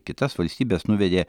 kitas valstybes nuvedė